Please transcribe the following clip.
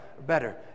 Better